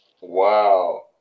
Wow